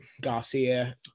Garcia